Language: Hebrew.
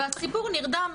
והציבור נרדם.